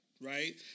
right